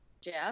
Jeff